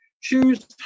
Choose